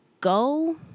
go